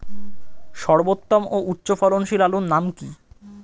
সর্বোত্তম ও উচ্চ ফলনশীল আলুর নাম কি?